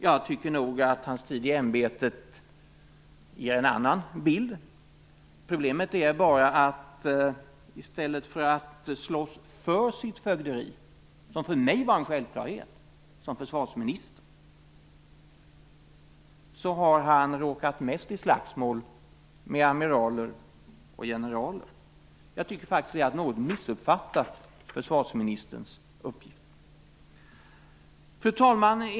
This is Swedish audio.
Jag tycker nog att hans tid i ämbetet ger en annan bild. Problemet är bara att i stället för att slåss för sitt fögderi, som var en självklarhet för mig som försvarsminister, har han mest råkat i slagsmål med amiraler och generaler. Jag tycker faktiskt att det är att något missuppfatta försvarsministerns uppgift. Fru talman!